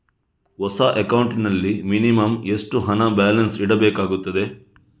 ಹೊಸ ಅಕೌಂಟ್ ನಲ್ಲಿ ಮಿನಿಮಂ ಎಷ್ಟು ಹಣ ಬ್ಯಾಲೆನ್ಸ್ ಇಡಬೇಕಾಗುತ್ತದೆ?